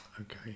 Okay